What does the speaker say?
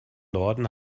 norden